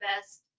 best